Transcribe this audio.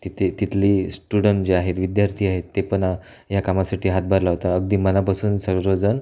तिथे तिथली स्टुडंट जे आहेत विद्यार्थी आहेत ते पण या कामासाठी हातभार लावता अगदी मनापासून सर्व जण